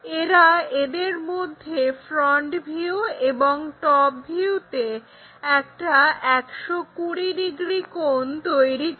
এরা এদের মধ্যে ফ্রন্ট ভিউ এবং টপ ভিউতে একটা 120 ডিগ্রী কোণ তৈরি করে